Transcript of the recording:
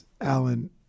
Alan